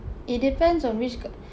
it depends on which ca~